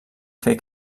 fer